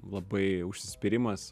labai užsispyrimas